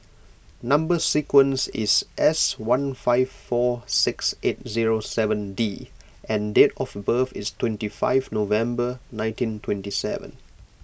Number Sequence is S one five four six eight zero seven D and date of birth is twenty five November nineteen twenty seven